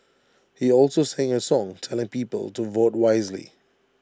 he also sang A song telling people to vote wisely